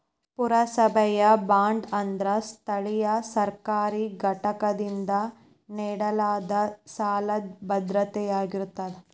ಪುರಸಭೆಯ ಬಾಂಡ್ ಅಂದ್ರ ಸ್ಥಳೇಯ ಸರ್ಕಾರಿ ಘಟಕದಿಂದ ನೇಡಲಾದ ಸಾಲದ್ ಭದ್ರತೆಯಾಗಿರತ್ತ